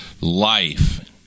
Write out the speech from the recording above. life